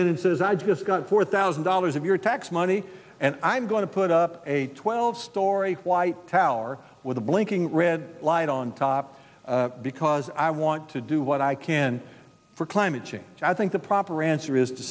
in and says i just got four thousand dollars of your tax money and i'm going to put up a twelve story white tower with a blinking red light on top because i want to do what i can for climate change i think the proper answer is to